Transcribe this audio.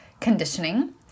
conditioning